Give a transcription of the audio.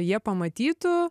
jie pamatytų